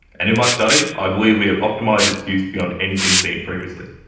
and in my study i believe we have optimised its use beyond anything seen previously,